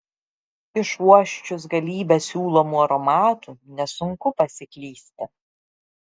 išuosčius galybę siūlomų aromatų nesunku pasiklysti